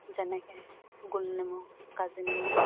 যেনেকে গোলনেমু কাজিনেমু